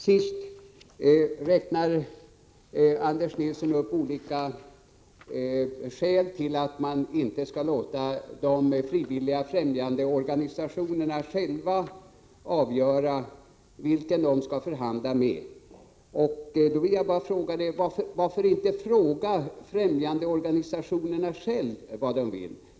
Till sist räknar Anders Nilsson upp olika skäl för att man inte skulle låta de frivilliga främjandeorganisationerna själva avgöra vilka de skall förhandla med. Då vill jag bara fråga: Varför inte fråga främjandeorganisationerna om vad de vill?